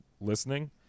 listening